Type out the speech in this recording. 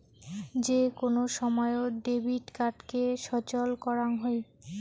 যে কোন সময়ত ডেবিট কার্ডকে সচল করাং হই